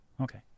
okay